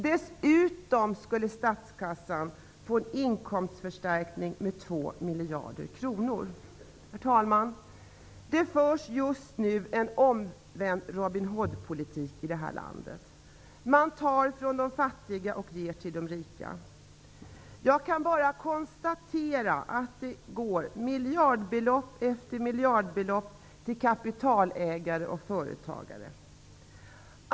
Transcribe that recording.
Dessutom skulle statskassan få en inkomstförstärkning med 2 miljarder kronor. Herr talman! Det förs just nu en omvänd Robin Hood-politik i detta land. Man tar från de fattiga och ger till de rika. Jag kan bara konstatera att det går miljardbelopp efter miljardbelopp till kapitalägare och företagare.